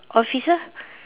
officer